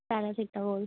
सारे सिर ते होआ दी